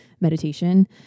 meditation